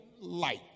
light